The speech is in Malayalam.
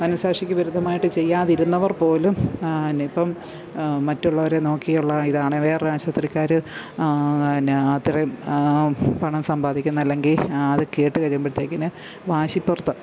മനസ്സാക്ഷിക്ക് വിരുദ്ധമായിട്ട് ചെയ്യാതിരുന്നവര് പോലും ഇപ്പം മറ്റുള്ളവരെ നോക്കിയുള്ള ഇതാണ് വേറൊരു ആശൂത്രിക്കാർ പിന്നെ അത്രയും പണം സമ്പാദിക്കുന്ന അല്ലെങ്കിൽ അതു കേട്ട് കഴിയുമ്പോഴത്തേക്ക് വാശിപ്പുറത്ത്